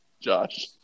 Josh